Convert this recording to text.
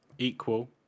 Equal